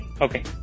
okay